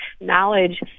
knowledge